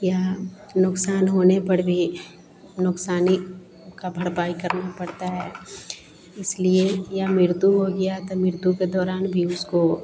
या नुक़सान होने पर भी नुक़सान की भरपाई करना पड़ता है इसलिए या मृत्यु हो गया तो मृत्यु के दौरान भी उसको